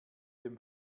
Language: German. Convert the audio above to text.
dem